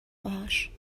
باهاش